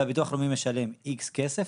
והביטוח הלאומי משלם X כסף,